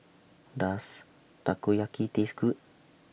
Does Takoyaki Taste Good